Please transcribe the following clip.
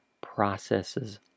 processes